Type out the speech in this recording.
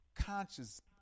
conscious